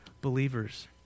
believers